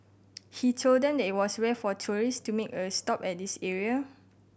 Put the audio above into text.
he told them that it was rare for tourist to make a stop at this area